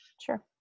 Sure